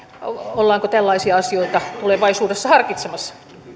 ollaanko tällaisia asioita tulevaisuudessa harkitsemassa